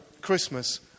Christmas